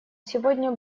сегодня